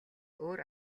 өөр